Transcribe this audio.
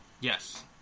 Yes